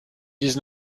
dix